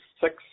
six